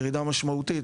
ירידה משמעותית,